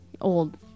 Old